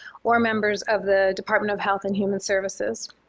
or members of the department of health and human services.